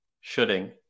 shooting